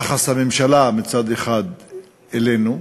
יחס הממשלה מצד אחד אלינו,